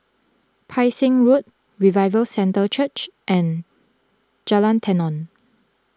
Pang Seng Road Revival Centre Church and Jalan Tenon